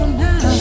now